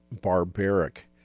barbaric